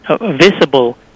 visible